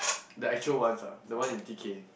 the actual ones ah the one in T_K